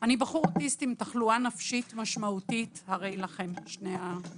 אני בחור אוטיסטי עם תחלואה נפשית משמעותית הרי לכם שתי המגבלות